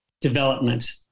development